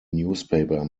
newspaper